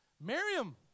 Miriam